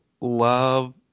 love